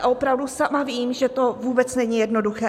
Opravdu sama vím, že to vůbec není jednoduché.